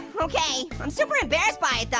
okay, i'm super embarrassed by it, though.